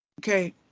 Okay